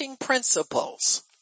principles